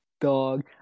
dog